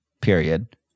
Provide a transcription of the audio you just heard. Period